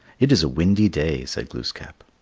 it is a windy day, said glooskap.